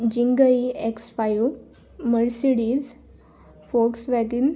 जिंगई X five Mercedes fox वॅगिन